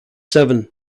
seven